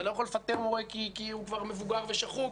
אתה לא יכול לפטר מורה כי הוא מבוגר ושחוק,